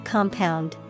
Compound